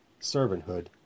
servanthood